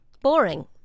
Boring